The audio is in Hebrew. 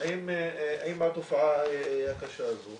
עם התופעה הקשה הזו